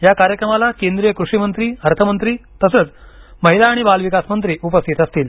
या कार्यक्रमाला केंद्रीय कृषी मंत्री अर्थ मंत्री आणि महिला आणि बालविकास मंत्री उपस्थित असतील